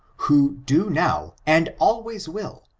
who do now, and always will,